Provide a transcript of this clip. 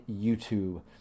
YouTube